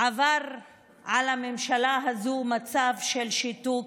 שעבר על הממשלה הזאת מצב של שיתוק,